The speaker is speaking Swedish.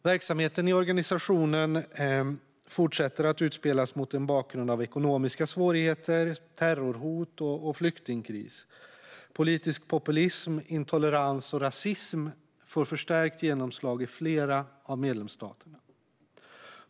Verksamheten i organisationen fortsätter att utspelas mot en bakgrund av ekonomiska svårigheter, terrorhot och flyktingkris. Politisk populism, intolerans och rasism får förstärkt genomslag i flera av medlemsstaterna.